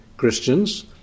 Christians